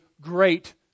great